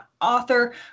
author